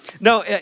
No